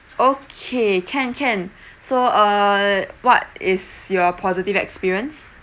okay can can so uh what is your positive experience